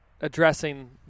addressing